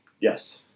Yes